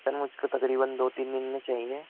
سر مجھ کو تقریباً دو تین دِن میں چاہیے